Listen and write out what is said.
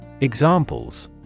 Examples